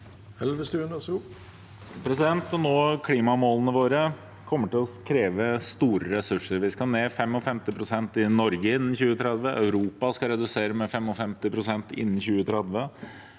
Å nå klimamålene våre kommer til å kreve store ressurser. Vi skal ned 55 pst. i Norge innen 2030, Europa skal redusere med 55 pst. innen 2030,